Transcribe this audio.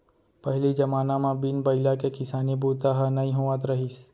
पहिली जमाना म बिन बइला के किसानी बूता ह नइ होवत रहिस